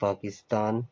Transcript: Pakistan